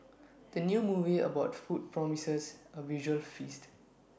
the new movie about food promises A visual feast